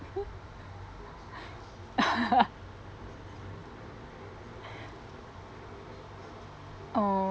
oh